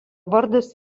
vardas